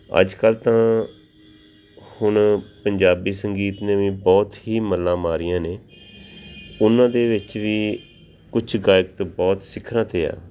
ਅੱਜ ਕੱਲ੍ਹ ਤਾਂ ਹੁਣ ਪੰਜਾਬੀ ਸੰਗੀਤ ਨੇ ਵੀ ਬਹੁਤ ਹੀ ਮੱਲਾਂ ਮਾਰੀਆਂ ਨੇ ਉਹਨਾਂ ਦੇ ਵਿੱਚ ਵੀ ਕੁਛ ਗਾਇਕ ਤਾਂ ਬਹੁਤ ਸਿੱਖਰਾਂ 'ਤੇ ਆ